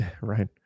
Right